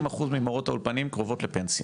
30% ממורות האולפנים קרובות לפנסיה.